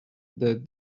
this